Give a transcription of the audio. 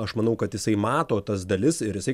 aš manau kad jisai mato tas dalis ir jisai